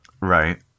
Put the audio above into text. Right